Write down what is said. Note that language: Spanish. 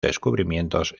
descubrimientos